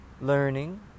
learning